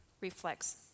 reflects